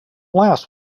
last